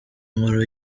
nkuru